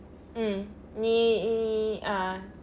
mm நீ:nii ah